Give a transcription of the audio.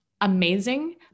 amazing